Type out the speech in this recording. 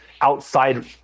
outside